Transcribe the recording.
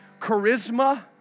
charisma